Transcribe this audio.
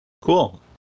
Cool